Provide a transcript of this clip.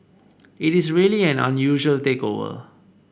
it is really an unusual takeover